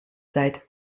seit